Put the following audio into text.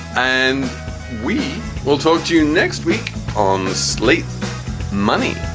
and we will talk to you next week on the sleeth money